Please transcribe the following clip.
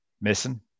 missing